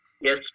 Yes